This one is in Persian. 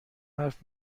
حرف